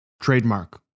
trademark